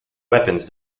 weapons